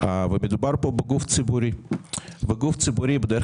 ומדובר פה בגוף ציבורי וגוף ציבורי בדרך